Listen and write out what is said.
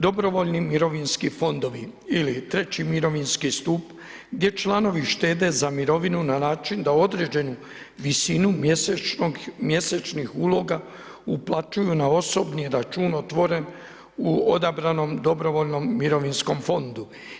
Dobrovoljni mirovinski fondovi ili treći mirovinski stup gdje članovi štede za mirovinu na način da određenu visinu mjesečnih uloga uplaćuju na osobni račun otvoren u odabranom dobrovoljnom mirovinskog fondu.